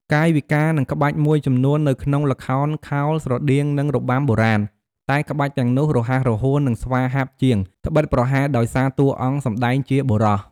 កាយវិការនិងក្បាច់មួយចំនួននៅក្នុងល្ខោនខោលស្រដៀងនឹងរបាំបុរាណ តែក្បាច់ទាំងនោះរហ័សរហួននិងស្វាហាប់ជាង ដ្បិតប្រហែលដោយសារតួអង្គសម្ដែងជាបុរស។